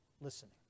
listening